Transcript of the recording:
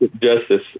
justice